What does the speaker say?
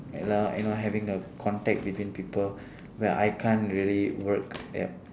you know you know having a contact between people when I can't really work at